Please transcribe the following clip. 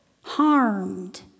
harmed